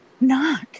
Knock